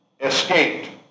escaped